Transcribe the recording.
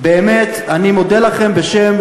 באמת אני מודה לכם בשם,